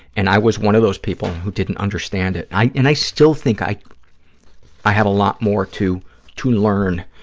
and i was one of those people who didn't understand it. and and i still think i i have a lot more to to learn